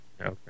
Okay